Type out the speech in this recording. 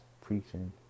preaching